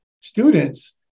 students